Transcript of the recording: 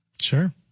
Sure